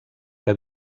que